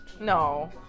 No